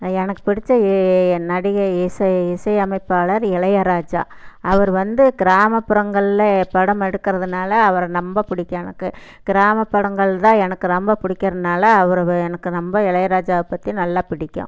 எனக்கு பிடித்த நடிகை இசை இசையமைப்பாளர் இளையராஜா அவர் வந்து கிராமப்புறங்களில் படம் எடுக்கிறதுனால அவரை ரொம்ப பிடிக்கும் எனக்கு கிராம படங்கள் தான் எனக்கு ரொம்ப பிடிக்கிறனால அவரை எனக்கு ரொம்ப இளையராஜா பற்றி நல்லா பிடிக்கும்